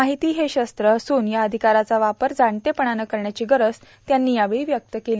माहिती हे शास्त्र असून या अधिकाराचा वापर जाणते पणे करण्याची गरज त्यांनी यावेळी व्यक्त केली